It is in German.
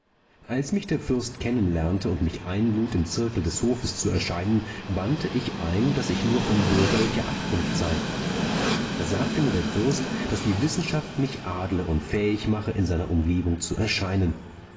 als mich der fürst kennenlernte und mich einlud im zirkel des hofes zu erscheinen wandte ich ein daß ich nur von bürgerlicher abkunft sei da sagte mir der fürst daß die wissenschaft mich adle und fähig mache in seiner umgebung zu erscheinen